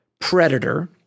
Predator